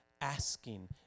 asking